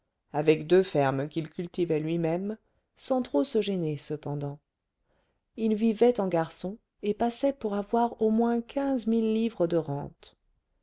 avec deux fermes qu'il cultivait lui-même sans trop se gêner cependant il vivait en garçon et passait pour avoir au moins quinze mille livres de rentes